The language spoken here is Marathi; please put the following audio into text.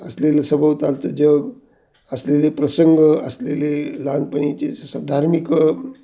असलेलं सभोवतालचं जग असलेले प्रसंग असलेले लहानपणीचे धार्मिक